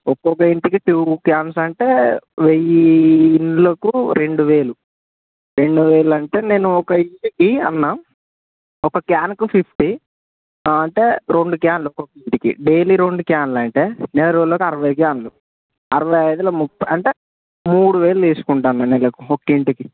ఒక్కొక్క ఇంటికి two cans అంటే వెయ్యి ఇండ్లకు రెండువేలు రెండువేలు అంటే నేను ఒక ఇంటికి అన్న ఒక క్యాన్కు ఫిఫ్టీ అంటే రెండు క్యాన్లు ఒక్కొక్క ఇంటికి డైలీ రెండు క్యాన్లంటే నెల రోజులకు అరవై క్యాన్లు అరవై ఐదుల ముప్పై అంటే మూడు వేలు వేసుకుంటా అన్న నెలకు ఒక్క ఇంటికి